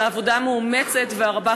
על העבודה המאומצת והרבה,